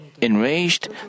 Enraged